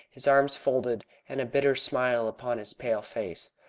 his arms folded, and a bitter smile upon his pale face.